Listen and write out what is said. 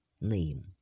name